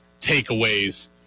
takeaways